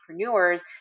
entrepreneurs